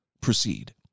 proceed